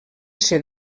ser